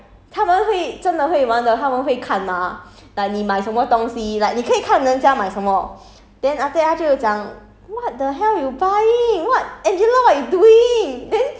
I think I buy already then we lose mah then the person like 他们会真的会玩的他们会看 mah like 你买什么东西 like 你可以看人家买什么 then after that 他就讲